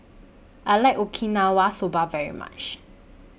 I like Okinawa Soba very much